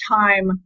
time